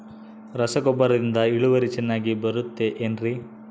ರಸಗೊಬ್ಬರದಿಂದ ಇಳುವರಿ ಚೆನ್ನಾಗಿ ಬರುತ್ತೆ ಏನ್ರಿ?